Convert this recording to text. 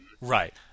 Right